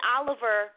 Oliver